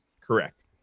Correct